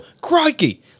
Crikey